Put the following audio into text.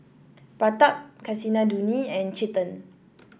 Pratap Kasinadhuni and Chetan